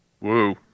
Woo